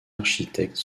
architectes